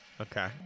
Okay